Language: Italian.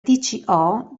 tco